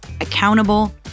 accountable